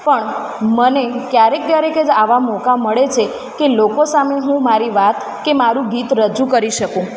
પણ મને ક્યારેક ક્યારેક જ આવાં મોકા મળે છે કે લોકો સામે હું મારી વાત કે મારું ગીત રજૂ કરી શકું